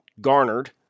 garnered